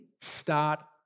start